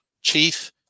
chief